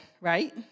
right